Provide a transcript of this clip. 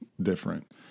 different